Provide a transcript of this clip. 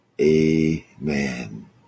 Amen